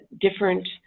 different